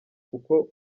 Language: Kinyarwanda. kuko